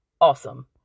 Awesome